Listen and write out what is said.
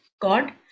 God